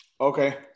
Okay